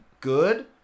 good